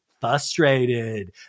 frustrated